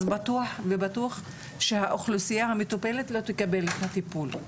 אז בטוח ובטוח שהאוכלוסייה המטופלת לא תקבל את הטיפול.